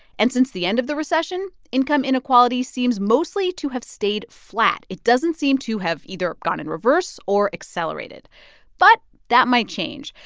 and since the end of the recession, income inequality seems mostly to have stayed flat. it doesn't seem to have either gone in reverse or accelerated but that might change.